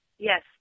Yes